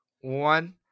one